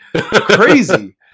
Crazy